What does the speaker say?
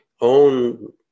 own